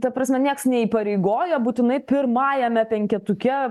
ta prasme nieks neįpareigoja būtinai pirmajame penketuke